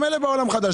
גם אלה בעולם החדש.